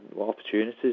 opportunities